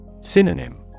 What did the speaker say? Synonym